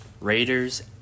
Raiders